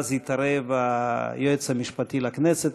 ואז התערב היועץ המשפטי לכנסת,